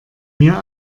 mir